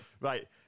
Right